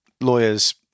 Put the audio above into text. lawyers